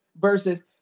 Versus